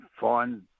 find